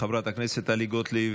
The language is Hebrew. חברת הכנסת טלי גוטליב,